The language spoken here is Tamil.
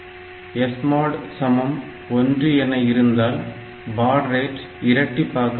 SMOD 1 என இருந்தால் பாட் ரேட் இரட்டிப்பாக்கப்படுகிறது